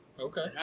Okay